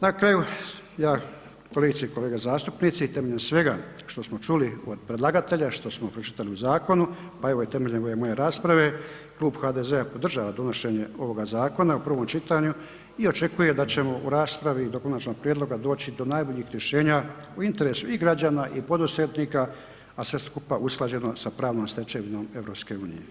Na kraju, kolegice i kolege zastupnici temeljem svega što smo čuli od predlagatelja, što smo pročitali u zakonu, pa evo i temeljem ove moje rasprave, Klub HDZ-a podržava donošenje ovoga zakona u prvom čitanju i očekuje da ćemo u raspravi do konačnog prijedloga doći do najboljih rješenja u interesu i građana i poduzetnika, a sve skupa usklađeno sa pravnom stečevinom EU.